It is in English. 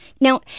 Now